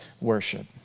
worship